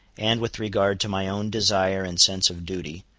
and with regard to my own desire and sense of duty,